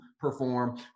perform